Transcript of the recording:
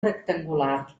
rectangular